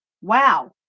Wow